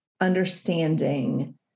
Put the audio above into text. understanding